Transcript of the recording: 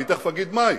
תיכף אגיד מה היא,